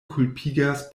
kulpigas